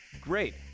Great